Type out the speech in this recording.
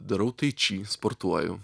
darau tai či sportuoju